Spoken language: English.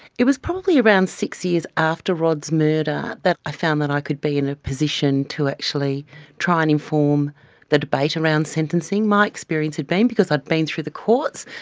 it was probably around six years after rod's murder that i found that i could be in a position to actually try and inform the debate around sentencing. my experience had been, because i had been through the courts,